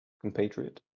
compatriot